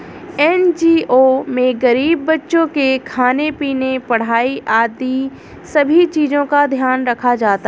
NGO में गरीब बच्चों के खाने पीने, पढ़ाई आदि सभी चीजों का ध्यान रखा जाता है